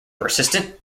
persistent